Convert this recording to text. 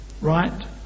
right